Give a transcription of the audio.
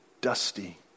dusty